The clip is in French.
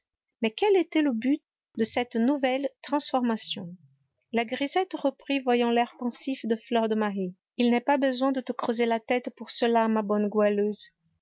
mais quel était le but de cette nouvelle transformation la grisette reprit voyant l'air pensif de fleur de marie il n'est pas besoin de te creuser la tête pour cela ma bonne goualeuse